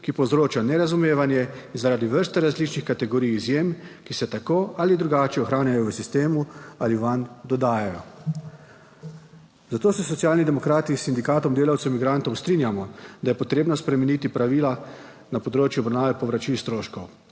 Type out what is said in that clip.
ki povzroča nerazumevanje zaradi vrste različnih kategorij izjem, ki se tako ali drugače ohranjajo v sistemu ali vanj dodajajo. Zato se Socialni demokrati s Sindikatom delavcev migrantov strinjamo, da je potrebno spremeniti pravila na področju obravnave povračil stroškov.